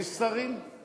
יש שרים?